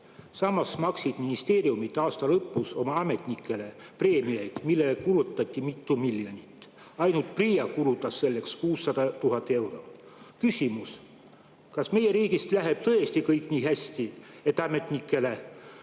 Samas maksid ministeeriumid aasta lõpus oma ametnikele preemiaid, millele kulutati mitu miljonit. Ainult PRIA kulutas nendele 600 000 eurot. Küsimus: kas meie riigis läheb tõesti kõik nii hästi, et ametnikele